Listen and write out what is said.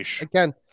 Again